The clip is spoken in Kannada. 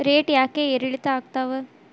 ರೇಟ್ ಯಾಕೆ ಏರಿಳಿತ ಆಗ್ತಾವ?